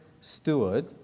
steward